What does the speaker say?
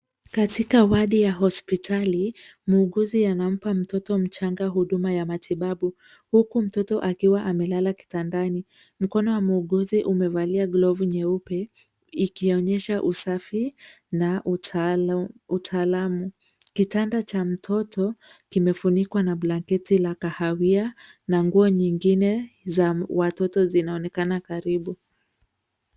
Katika wadi ya hospitali, muuguzi anampa mtoto mchanga huduma ya matibabu huku mtoto akiwa amelala kitandani. Mkono wa muuguzi umevalia glovu nyeupe ikionyesha usafi na utaalamu. Kitanda cha mtoto kimefunikwa na blanketi la kahawia na nguo nyingine za watoto zinaonekana karibu.